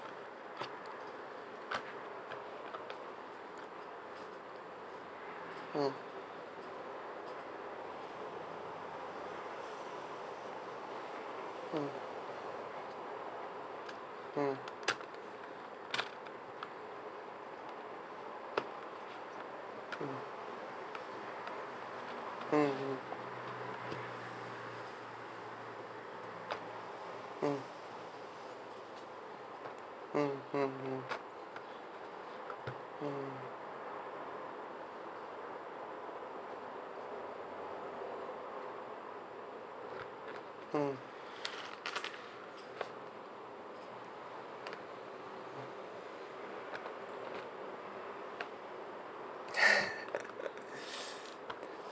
mm mm mm mm mm mm mm mm mm mm mm